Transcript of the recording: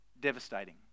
devastating